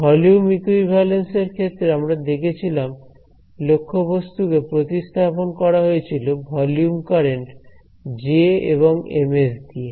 volume equivalence এর ক্ষেত্রে আমরা দেখেছিলাম লক্ষ্যবস্তু কে প্রতিস্থাপন করা হয়েছিল ভলিউম কারেন্ট জে এবং Ms দিয়ে